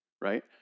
right